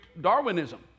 Darwinism